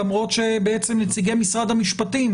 למרות שבעצם נציגי משרד המשפטים,